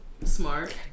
smart